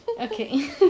Okay